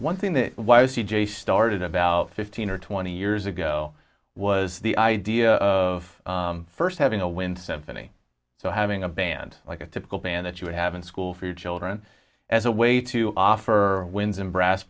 one thing that why was he jay started about fifteen or twenty years ago was the idea of first having a wind symphony so having a band like a typical band that you would have in school for your children as a way to offer wins and brass